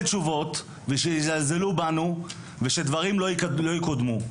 תשובות ושיזלזלו בנו ושדברים לא יקודמו.